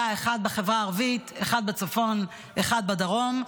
אחד בחברה הערבית, אחד בצפון, אחד בדרום.